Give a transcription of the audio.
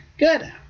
Good